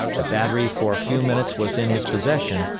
the battery for a few minutes was in his possession,